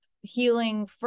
healing